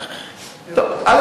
א.